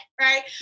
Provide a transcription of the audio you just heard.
right